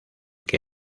que